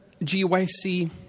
GYC